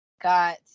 got